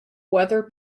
weather